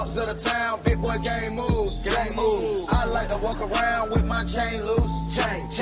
the town big boy gang moves gang moves i like to walk around with my chain loose chain,